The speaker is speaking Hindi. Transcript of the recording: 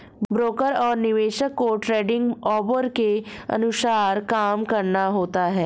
ब्रोकर और निवेशक को ट्रेडिंग ऑवर के अनुसार काम करना होता है